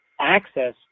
access